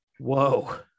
Whoa